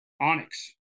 Onyx